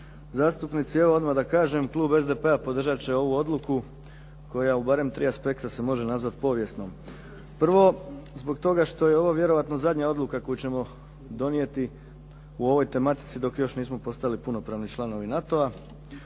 zastupnici. Evo odmah da kažem, Klub SDP-a podržati će ovu odluku koja u barem tri aspekta se može nazvati povijesnom. Prvo, zbog toga što je ovo vjerojatno zadnja odluka koju ćemo donijeti u ovoj tematici dok još nismo postali punopravni članovi NATO-a.